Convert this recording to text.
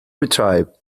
retrieve